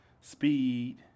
speed